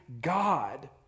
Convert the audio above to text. God